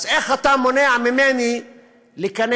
אז איך אתה מונע ממני להיכנס,